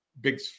big